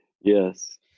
Yes